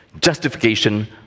justification